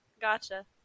Gotcha